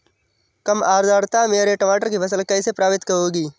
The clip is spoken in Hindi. कम आर्द्रता में टमाटर की फसल कैसे प्रभावित होगी?